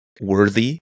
worthy